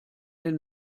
den